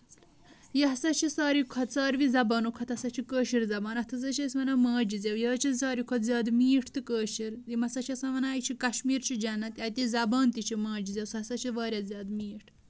یہِ ہسا چھ سارِوٕے کھۄتہٕ سارِوٕے زَبانو کھۄتہٕ ہسا چھِ کٲشِر زَبان اَتھ ہسا چھٕ أسۍ وَنان ماجہِ زیٚو یہِ حظ چھِ سارِوٕے کھۄتہٕ زیادٕ میٖٹھ تہٕ کٲشِر یم ہسا چھِ آسان وَنان یہِ کَشمیٖر چھُ جنت اَتِچ زبان تہِ چھٕ ماجہِ زیٚو سۄ ہسا چھےٚ واریاہ زیادٕ میٖٹھ